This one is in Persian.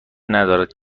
ندارد